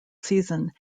season